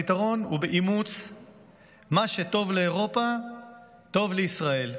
הפתרון הוא באימוץ "מה שטוב לאירופה טוב לישראל"